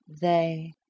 they